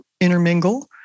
intermingle